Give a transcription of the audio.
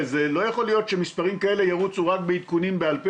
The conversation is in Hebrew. לא יכול להיות שהמספרים כאלה ירוצו רק בעדכונים בעל פה.